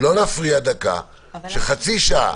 חצי שעה